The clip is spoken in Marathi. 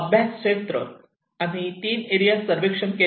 अभ्यास क्षेत्र आम्ही 3 एरिया सर्वेक्षण केले